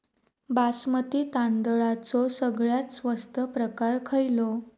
बासमती तांदळाचो सगळ्यात स्वस्त प्रकार खयलो?